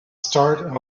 start